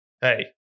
Hey